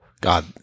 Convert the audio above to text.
god